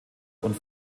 und